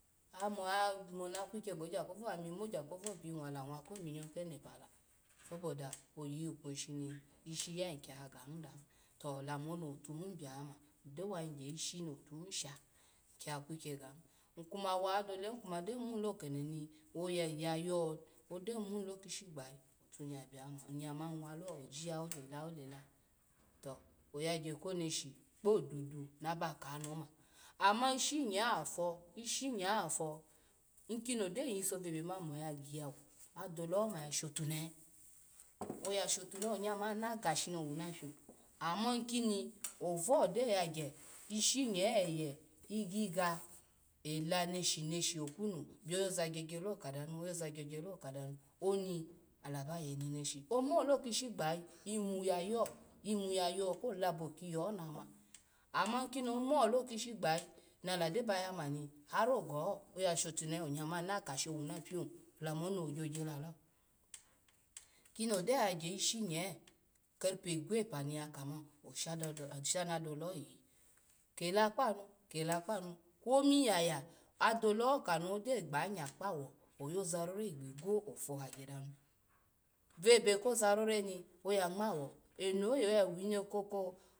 Oya mo na kwikya go gya kovu ny mo gya kovu pini ny wala wa ko minyo kenepe la soboda oyiyi u ishi ya nu kiya gahin dahin. lamoni otuhi blama ny gyo wa yagya ishi no tuhi sha nnya kwikya ya gahi, ny kumawa adole kuma gyo mu lo kedeni nyya yo odo mu lo kishi gbayi otuhi yabla ma, onye ma walo ojiya ole ole ole to ogyako neshi kpo dudu naba kani oma, ama ishinye afo ishinye afo, ikini ogyo yiso vebemani moyagiya wu adole ma yashotunehe oyasho tunen onye mani naga showu naplo, ama kini ovu gyo yagya ishinye eye egiga ela neshi neshi okunu bioyaza gyo gyolo oyoza gyo gyolo kanu oni ala ba ye neneshi omolo kishi gbaye yi iyimu yayo iyunu yayo ko labo kiye ho na ma, ama ikini omo lo kishi gbayayi nala gyo ba ya mani har ogohuya shotunehe onye ni aga showuna pio la moni wu gyo gyo Lalo ikini ogyo yagya ishiny keripi igwope ni ya ka ma osha na oshana doleho iyi kela kpanu kela kpanu kwomi yaya, adoleho kono gyo gbanya kpawo oyozarora igbigwo fo hagya danu. vabe ozarora ni oya ngma wo enoye oya wine koko.